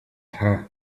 her